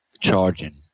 charging